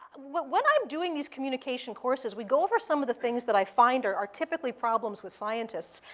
when i'm doing these communication courses, we go over some of the things that i find are are typically problems with scientists.